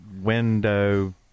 window